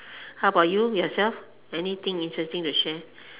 how about you yourself anything interesting to share